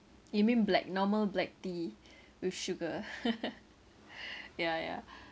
you mean black normal black tea with sugar yeah yeah